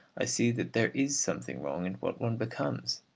i see that there is something wrong in what one becomes.